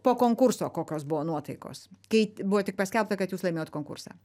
po konkurso kokios buvo nuotaikos kai buvo tik paskelbta kad jūs laimėjot konkursą